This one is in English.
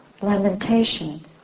lamentation